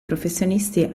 professionisti